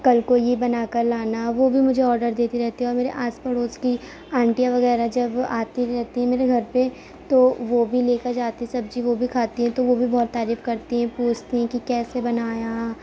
کل کو یہ بنا کر لانا وہ بھی مجھے آڈر دیتی رہتی ہیں اور میرے آس پڑوس کی آنٹیاں وغیرہ جب آتی رہتی ہیں میرے گھر پہ تو وہ بھی لے کر جاتی ہیں سبزی وہ بھی کھاتی ہیں تو وہ بھی بہت تعریف کرتی ہیں پوچھتی ہیں کہ کیسے بنایا